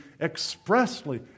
expressly